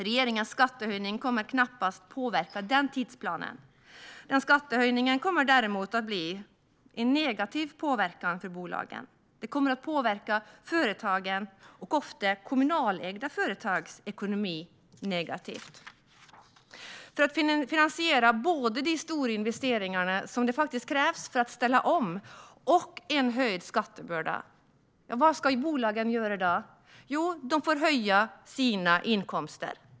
Regeringens skattehöjning kommer knappast att påverka den tidsplanen. Skattehöjningen kommer däremot att bli negativ för bolagen. Den kommer att påverka företagens - det är ofta kommunalägda företag - ekonomi negativt. Vad ska bolagen göra för att finansiera både de stora investeringar som krävs för att ställa om och en höjd skattebörda? Jo, de får höja sina inkomster.